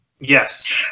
Yes